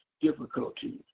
difficulties